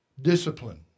Discipline